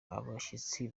abashyitsi